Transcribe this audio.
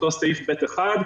אותו סעיף ב(1)